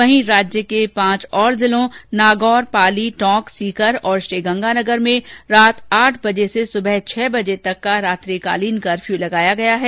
वहीं राज्य के पांच और जिलों नागौर पाली टोंक सीकर और श्रीगंगानगर में रात आठ बजे से सुबह छह बजे तक का रात्रिकालीन कफर्यू लगाया गया है